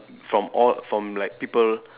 from all from like people